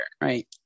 right